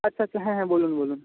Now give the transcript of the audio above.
আচ্ছা আচ্ছা হ্যাঁ হ্যাঁ বলুন বলুন